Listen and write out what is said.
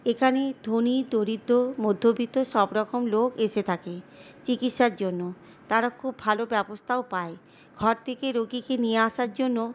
এখানে ধনী দরিদ্র মধ্যবিত্ত সবরকম লোক এসে থাকে চিকিৎসার জন্য তারা খুব ভালো ব্যবস্থাও পায় ঘর থেকে রোগীকে নিয়ে আসার জন্য